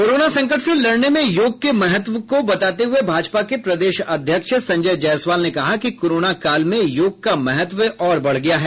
corona संकट से लड़ने में योग के महत्व को बताते हुए भाजपा के प्रदेश अध्यक्ष संजय जायसवाल ने कहा कि कोरोना काल में योग का महत्व और बढ़ गया है